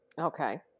Okay